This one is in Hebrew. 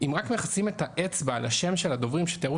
אם רק מייחסים את האצבע על השם של הדוברים שתראו